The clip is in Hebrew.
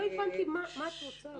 לא הבנתי מה את רוצה.